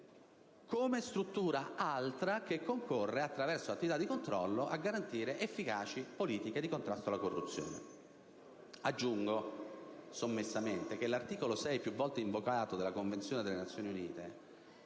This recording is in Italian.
come struttura "altra", che concorre, attraverso l'attività di controllo, a garantire efficaci politiche di contrasto alla corruzione. Aggiungo sommessamente che l'articolo 6, più volte invocato, della Convenzione delle Nazioni Unite,